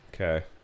Okay